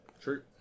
true